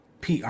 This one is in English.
pr